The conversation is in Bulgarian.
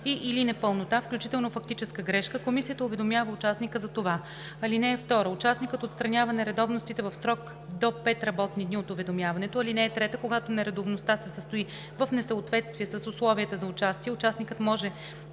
и/или непълнота, включително фактическа грешка, комисията уведомява участника за това. (2) Участникът отстранява нередовностите в срок до 5 работни дни от уведомяването. (3) Когато нередовността се състои в несъответствие с условията за участие, участникът може